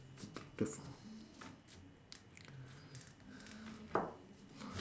the